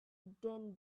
din